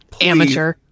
Amateur